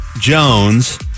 Jones